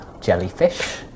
jellyfish